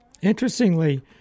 Interestingly